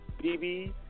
BB